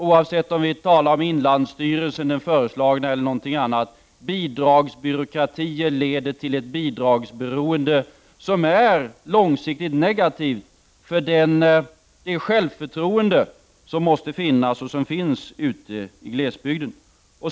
Oavsett om vi talar om den föreslagna inlandsstyrelsen eller någonting annat leder bidragsbyråkratier till ett bidragsberoende, som långsiktigt är negativt för det självförtroende som måste finnas och som finns i glesbygden.